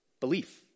belief